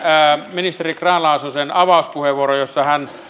ministeri grahn laasosen avauspuheenvuoron jossa hän